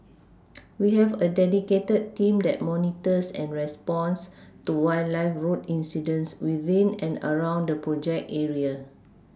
we have a dedicated team that monitors and responds to wildlife road incidents within and around the project area